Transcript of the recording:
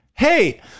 Hey